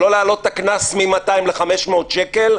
שלא להעלות את הקנס מ-200 ל-500 שקל,